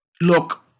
Look